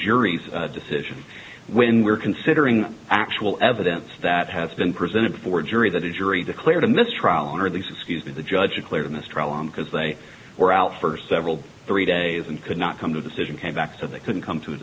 jury's decision when we're considering actual evidence that has been presented before a jury that a jury declared a mistrial under the excuse me the judge a clear a mistrial on because they were out for several three days and could not come to a decision came back so they couldn't come to